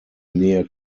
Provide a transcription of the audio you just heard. near